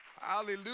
hallelujah